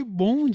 bom